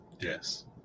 Yes